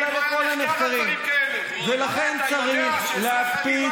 לכן צריך להקפיד